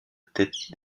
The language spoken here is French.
tête